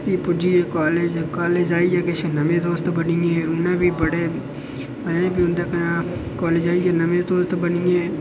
भी पुज्जी गे कालेज कालेज आइयै किश नमें दोस्त बनी गे उ'नें बी बड़े में बी उं'दे कशा कालेज जाइयै नमें दोस्त बनी गे